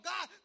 God